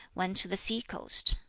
went to the sea-coast.